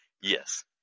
yes